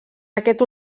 aquest